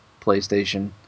PlayStation